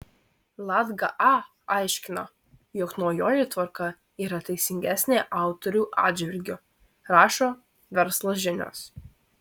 latga a aiškina jog naujoji tvarka yra teisingesnė autorių atžvilgiu rašo verslo žinios